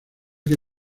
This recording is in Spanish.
que